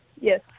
Yes